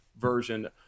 version